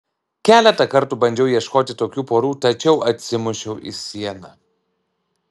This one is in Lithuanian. keletą kartų bandžiau ieškoti tokių porų tačiau atsimušiau į sieną